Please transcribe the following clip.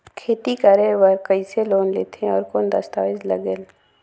खेती करे बर कइसे लोन लेथे और कौन दस्तावेज लगेल?